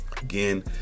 Again